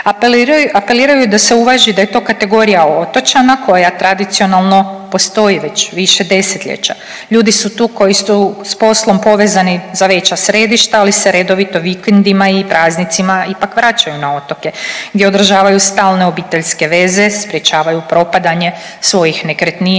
apeliraju da se uvaži da je to kategorija otočana koja tradicionalno postoji već više desetljeća, ljudi su tu koji su s poslom povezani za veća središta, ali se redovito vikendima i praznicima ipak vraćaju na otoke gdje održavaju stalne obiteljske veze, sprječavaju propadanje svojih nekretnina,